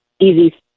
easy